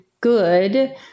good